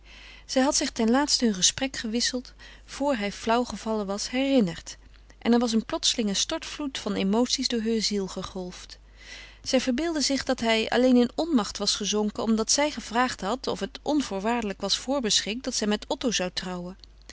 zij had zich ten laatste hun gesprek gewisseld vor hij flauw gevallen was herinnerd en er was een plotselinge stortvloed van emoties door heure ziel gegolfd zij verbeeldde zich dat hij alleen in onmacht was gezonken omdat zij gevraagd had of het onvoorwaardelijk was voorbeschikt dat zij met otto zou trouwen